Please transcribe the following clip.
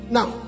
Now